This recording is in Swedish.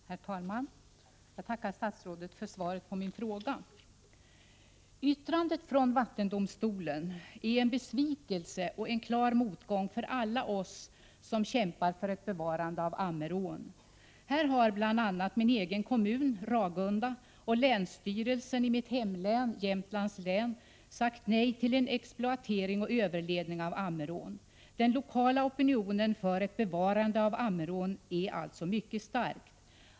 Herr talman! Jag tackar statsrådet för svaret på min fråga. Yttrandet från vattendomstolen är en besvikelse och en klar motgång för alla oss som kämpar för ett bevarande av Ammerån. Här har bl.a. min egen hemkommun, Ragunda, och länsstyrelsen i mitt hemlän, Jämtlands län, sagt nej till en exploatering och överledning av Ammerån. Den lokala opinionen för ett bevarande av Ammerån är således mycket stark.